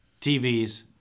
TVs